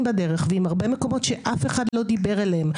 בדרך ועם הרבה מקומות שאף אחד לא דיבר אליהן,